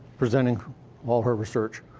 presenting all her research.